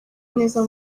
neza